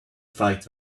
fight